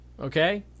okay